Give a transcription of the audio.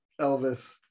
Elvis